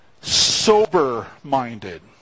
sober-minded